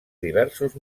diversos